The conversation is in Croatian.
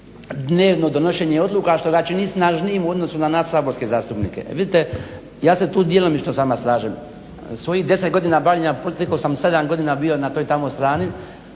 dnevno donošenje odluka što ga čini snažnijim u odnosu na nas saborske zastupnike. Vidite, ja se tu djelomično s vama slažem. S ovih 10 godina bavljenja proteklih sam sedam godina bio na toj tamo strani